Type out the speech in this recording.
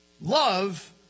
Love